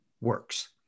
works